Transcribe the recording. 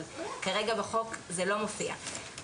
כרגע בחוק זה לא מופיע.